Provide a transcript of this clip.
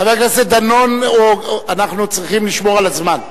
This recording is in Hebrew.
חבר הכנסת דנון, אנחנו צריכים לשמור על הזמן.